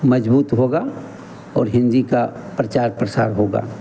मज़बूत होगा और हिन्दी का प्रचार प्रसार होगा